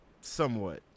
somewhat